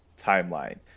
timeline